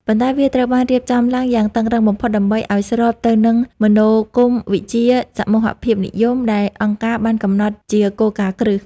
ប៉ុន្តែវាត្រូវបានរៀបចំឡើងយ៉ាងតឹងរ៉ឹងបំផុត ដើម្បីឱ្យស្របទៅនឹងមនោគមវិជ្ជាសមូហភាពនិយម ដែលអង្គការបានកំណត់ជាគោលការណ៍គ្រឹះ។